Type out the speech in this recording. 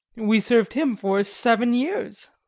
we served him for seven years.